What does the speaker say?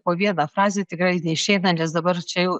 po vieną frazę tikrai neišeina nes dabar čia jau